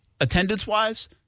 attendance-wise